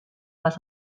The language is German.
was